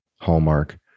hallmark